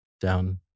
down